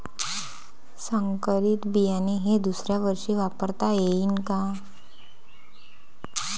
संकरीत बियाणे हे दुसऱ्यावर्षी वापरता येईन का?